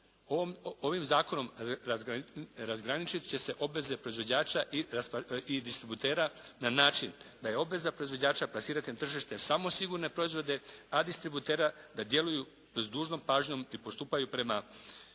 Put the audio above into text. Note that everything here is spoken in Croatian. Ovim zakonom razgraničit će se obveze proizvođača i distributera na način da je obveza proizvođača plasirati na tržište samo sigurne proizvode, a distributera da djeluju s dužnom pažnjom i postupaju prema primjenjivim